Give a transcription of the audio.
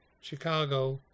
chicago